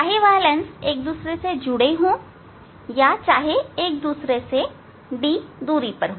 चाहे वह लेंस एक दूसरे से जुड़े हो या एक दूसरे से D दूरी पर हो